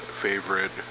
favorite